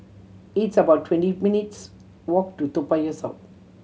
it's about twenty minutes' walk to Toa Payoh South